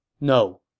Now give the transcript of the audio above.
No